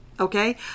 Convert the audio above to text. Okay